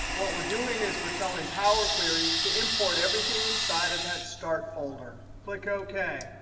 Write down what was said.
what we're doing is we're telling power query to import everything inside of that start folder. click ok.